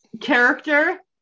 character